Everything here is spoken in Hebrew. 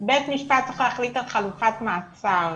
בית משפט צריך להחליט על חלופת מעצר